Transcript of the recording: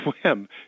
swim